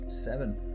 Seven